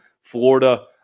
Florida